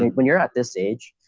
when you're at this age,